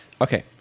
Okay